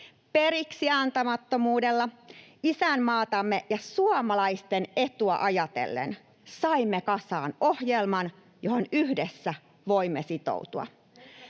Periksiantamattomuudella, isänmaatamme ja suomalaisten etua ajatellen saimme kasaan ohjelman, johon yhdessä voimme sitoutua.